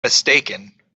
mistaken